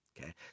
Okay